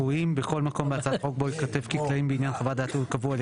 בכל מקום בהצעת החוק בו ייכתב כי תנאים בעניין חוות דעת ייקבעו על